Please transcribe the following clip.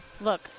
look